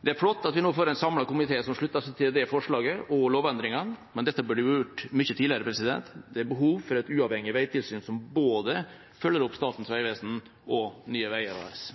Det er flott at vi nå får en samlet komité som slutter seg til det forslaget og lovendringene, men dette burde vi ha gjort mye tidligere. Det er behov for et uavhengig veitilsyn som følger opp både Statens vegvesen og Nye Veier AS.